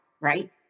right